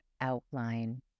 outline